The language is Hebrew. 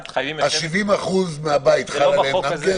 חייבים --- ה-70% מהבית חל עליהם גם כן?